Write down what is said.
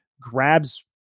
grabs